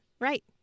Right